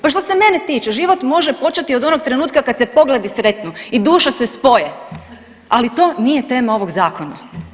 Pa što se mene tiče život može početi od onog trenutka kad se pogledi sretnu i duše se spoje, ali to nije tema ovog zakona.